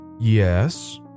yes